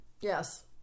Yes